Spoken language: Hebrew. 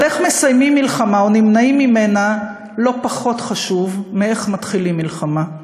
אבל איך מסיימים מלחמה או נמנעים ממנה לא פחות חשוב מאיך מתחילים מלחמה.